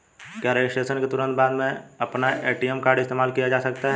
क्या रजिस्ट्रेशन के तुरंत बाद में अपना ए.टी.एम कार्ड इस्तेमाल किया जा सकता है?